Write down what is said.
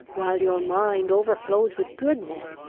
while your mind overflows with goodness,